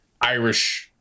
Irish